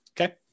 Okay